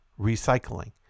recycling